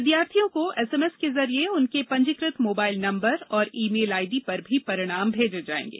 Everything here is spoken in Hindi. विद्यार्थियों को एसएमएस के जरिए उनके पंजीकृत मोबाइल नम्बर और ई मेल आईडी पर भी परिणाम भेजे जाएंगे